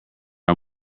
are